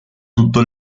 tutto